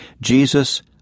Jesus